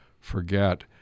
forget